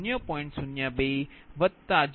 02j0